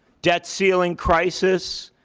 debt ceiling crisis,